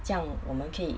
这样我们可以